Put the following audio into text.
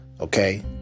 Okay